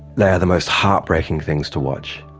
they are the most heartbreaking things to watch,